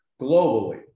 globally